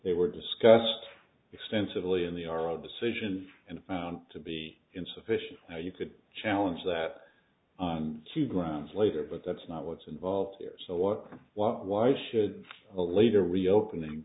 they were discussed extensively in the r r decision and found to be insufficient or you could challenge that key grounds later but that's not what's involved here so what what why should a leader reopening